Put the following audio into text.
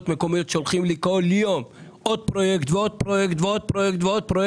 מקומיות ששולחות לי כל יום עוד פרויקט ועוד פרויקט ועוד פרויקט